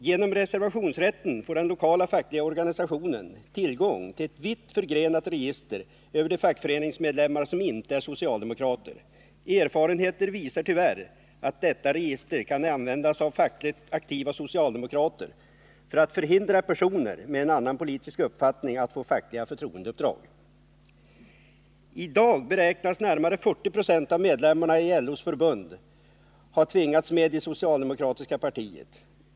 Genom reservationsrätten får den lokala fackliga organisationen tillgång till ett vitt förgrenat register över de fackföreningsmedlemmar som inte är socialdemokrater. Erfarenheter visar tyvärr att detta register kan användas av fackligt aktiva socialdemokrater för att förhindra personer med en annan politisk uppfattning att få fackliga förtroendeuppdrag. I dag beräknas närmare 40 96 av medlemmarna i LO:s förbund ha tvingats med i det socialdemokratiska partiet.